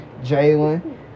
Jalen